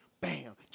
bam